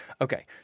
Okay